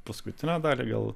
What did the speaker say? paskutinę dalį gal